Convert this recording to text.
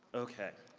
okay.